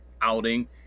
outing